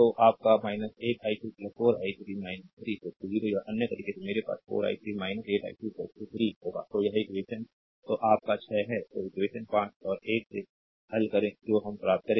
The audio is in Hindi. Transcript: स्लाइड टाइम देखें 1228 यदि स्थानापन्न तो आप का 8 i2 4 i3 3 0 या अन्य तरीके से मेरे पास 4 i3 8 i2 3 होगा तो यह इक्वेशन तो आप का 6 है तो इक्वेशन 5 और 1 से हल करें जो हम प्राप्त करेंगे